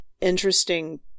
interesting